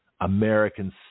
American